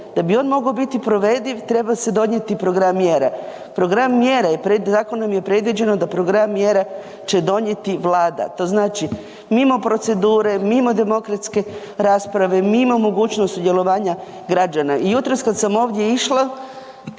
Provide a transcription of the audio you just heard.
Da bi on mogao biti provediv, treba se donijeti program mjera. Program mjera je pred, zakonom je predviđeno da program mjera će donijeti Vlada. To znači mimo procedure, mimo demokratske rasprave, mimo mogućnosti sudjelovanja građana i jutros kad sam ovdje išla,